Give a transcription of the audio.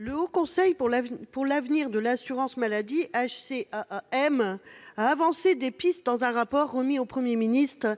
Le Haut Conseil pour l'avenir de l'assurance maladie, ou Hcaam, a avancé des pistes dans un rapport remis au Premier ministre.